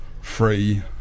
free